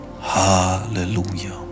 hallelujah